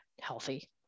healthy